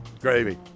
Gravy